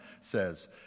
says